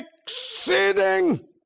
exceeding